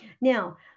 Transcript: Now